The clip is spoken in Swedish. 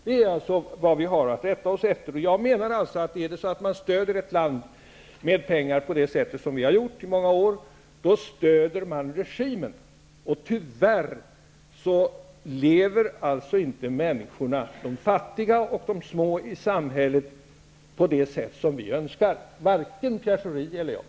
Det är vad vi har att rätta oss efter, och jag menar alltså att om man stöder ett land med pengar på det sätt som vi har gjort i många år, stöder man regimen. Tyvärr lever inte de fattiga och de små i samhället på det sätt som vi önskar, både Pierre Schori och jag.